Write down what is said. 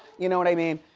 you know what i mean?